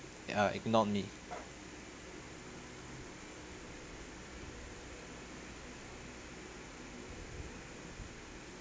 ya ignored me